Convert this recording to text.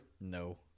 No